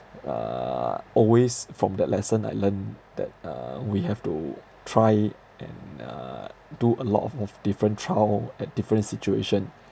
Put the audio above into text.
uh always from that lesson I learn that uh we have to try and uh do a lot of of different trial at different situation